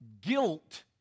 guilt